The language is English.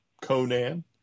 Conan